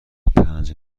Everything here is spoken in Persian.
پنج